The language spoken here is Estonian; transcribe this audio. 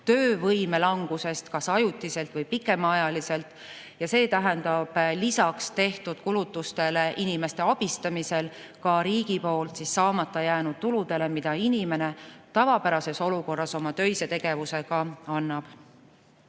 töövõime langusest kas ajutiselt või pikemaajaliselt. See tähendab lisaks tehtud kulutustele inimeste abistamisel ka riigi poolt saamata jäänud tulusid, mida inimene tavapärases olukorras oma töise tegevusega annaks.